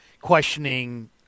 questioning